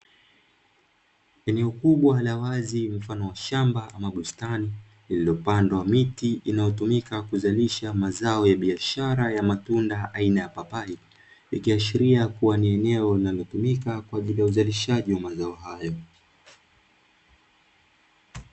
Eneo kubwa la wazi mfano wa shamba ama bustani, lililopandwa miti inayotumika kuzalisha mazao ya biashara ya matunda aina ya papai, ikiashiria kuwa ni eneo linalotumika kwa ajili ya uzalishaji wa mazao hayo.